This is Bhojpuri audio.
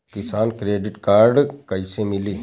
किसान क्रेडिट कार्ड कइसे मिली?